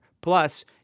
Plus